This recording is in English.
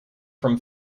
from